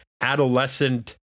adolescent